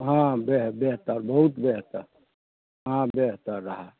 हाँ बेह बेहतर बहुत बेहतर